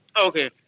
Okay